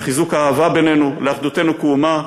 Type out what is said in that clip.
לחיזוק האהבה בינינו, לאחדותנו כאומה,